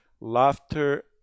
laughter